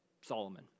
Solomon